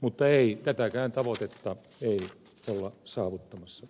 mutta ei tätäkään tavoitetta ei olla saavuttamassa